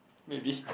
maybe